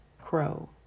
crow